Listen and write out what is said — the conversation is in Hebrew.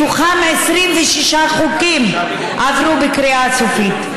מתוכם, 26 חוקים עברו בקריאה סופית.